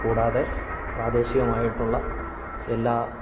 കൂടാതെ പ്രാദേശികമായിട്ടുള്ള എല്ലാ